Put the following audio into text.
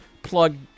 plug